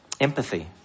empathy